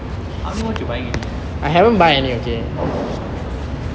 how many watch you buying again